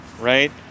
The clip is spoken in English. right